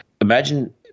imagine